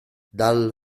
dal